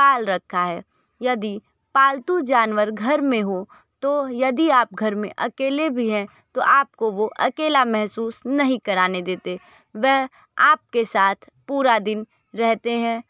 पाल रखा है यदि पालतू जानवर घर में हो तो यदि आप घर में अकेले भी है तो आपको वो अकेला महसूस नहीं कराने देते वह आपके साथ पूरा दिन रहते हैं